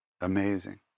amazing